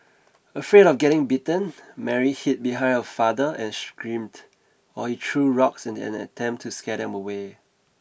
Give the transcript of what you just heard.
afraid of getting bitten Mary hid behind her father and screamed while he threw rocks in an attempt to scare them away